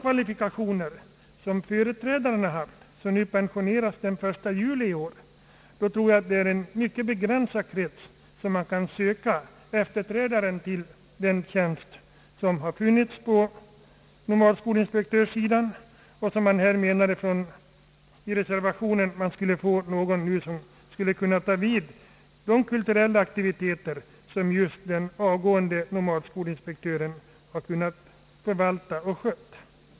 Vill man ha en person med samma kvalifikationer som den nuvarande nomadskolinspektören har — han skall pensioneras den 1 juli i år — får man nog söka i en mycket begränsad krets.